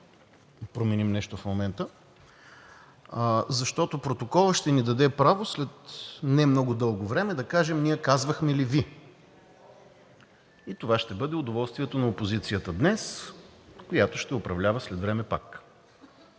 променим нещо в момента, защото протоколът ще ни даде право след немного дълго време да кажем: ние казвахме ли Ви. И това ще бъде удоволствието на опозицията днес, която ще управлява след време пак.